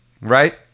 right